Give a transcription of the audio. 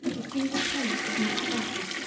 a single plate is not butter,